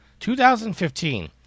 2015